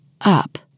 Up